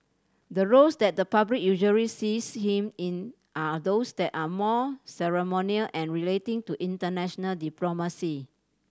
the roles that the public usually sees him in are those that are more ceremonial and relating to international diplomacy